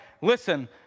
listen